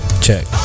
check